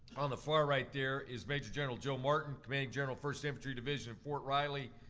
on the far right there is major general joe martin, commanding general first infantry division in fort riley.